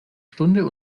stunde